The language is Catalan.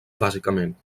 bàsicament